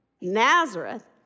Nazareth